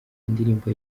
indirimbo